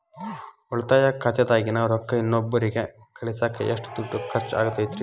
ಉಳಿತಾಯ ಖಾತೆದಾಗಿನ ರೊಕ್ಕ ಇನ್ನೊಬ್ಬರಿಗ ಕಳಸಾಕ್ ಎಷ್ಟ ದುಡ್ಡು ಖರ್ಚ ಆಗ್ತೈತ್ರಿ?